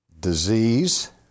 disease